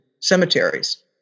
cemeteries